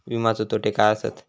विमाचे तोटे काय आसत?